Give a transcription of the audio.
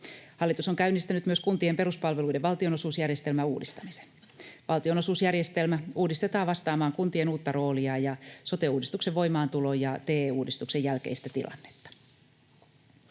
Hallitus on käynnistänyt myös kun-tien peruspalveluiden valtionosuusjärjestelmän uudistamisen. Valtionosuusjärjestelmä uudistetaan vastaamaan kuntien uutta roolia ja sote-uudistuksen voimaantulon ja TE-uudistuksen jälkeistä tilannetta.